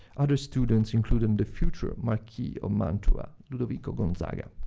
other students included the future marquis of mantua, ludovico gonzaga.